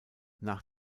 nach